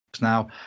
Now